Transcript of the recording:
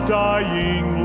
dying